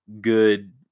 good